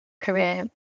career